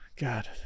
God